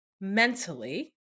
mentally